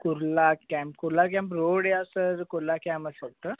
Kurla camp Kurla camp road या sir Kurla कॅमच फक्त